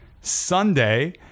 Sunday